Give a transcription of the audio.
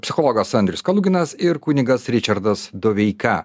psichologas andrius kaluginas ir kunigas ričardas doveika